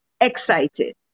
excited